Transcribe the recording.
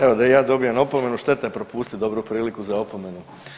Evo da i ja dobijem opomenu, šteta je propustiti dobru priliku za opomenu.